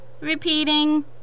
Repeating